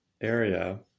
area